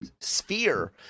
sphere